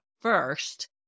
first